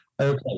Okay